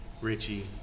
Richie